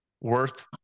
worth